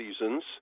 seasons